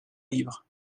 livre